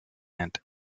and